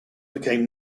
became